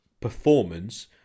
performance